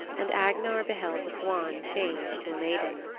and agnar beheld the swan change to a maiden.